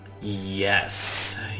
Yes